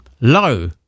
low